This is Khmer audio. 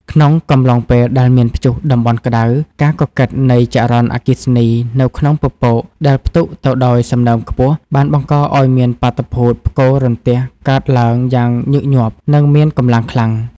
ក្នុងកំឡុងពេលដែលមានព្យុះតំបន់ក្ដៅ ការកកិតនៃចរន្តអគ្គិសនីនៅក្នុងពពកដែលផ្ទុកទៅដោយសំណើមខ្ពស់ បានបង្កឱ្យមានបាតុភូតផ្គររន្ទះកើតឡើងយ៉ាងញឹកញាប់ និងមានកម្លាំងខ្លាំង។